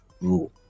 rule